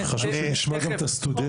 אדוני היושב-ראש, חשוב שנשמע גם את הסטודנטים.